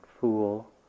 fool